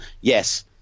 yes